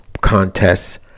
contests